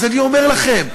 אז אני אומר לכם,